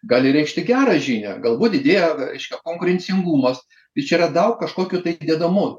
gali reikšti gerą žinią galbūt didėja reiškia konkurencingumas tai čia yra daug kažkokių tai dedamųjų